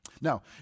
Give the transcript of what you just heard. Now